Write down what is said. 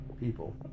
people